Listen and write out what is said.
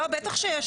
בטח שיש.